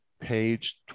page